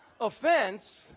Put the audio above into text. offense